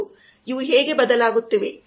ಇವು ಹೇಗೆ ಬದಲಾಗುತ್ತಿವೆ